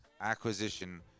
acquisition